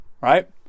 right